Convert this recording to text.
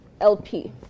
LP